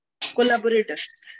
collaborators